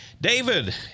David